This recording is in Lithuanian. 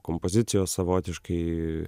kompozicijos savotiškai